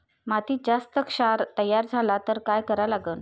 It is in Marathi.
मातीत जास्त क्षार तयार झाला तर काय करा लागन?